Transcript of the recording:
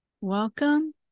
Welcome